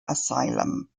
asylum